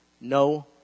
No